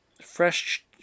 fresh